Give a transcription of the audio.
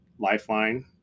Lifeline